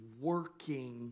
working